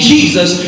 Jesus